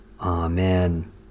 Amen